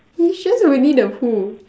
he's just a winnie-the-pooh